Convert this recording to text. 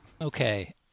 Okay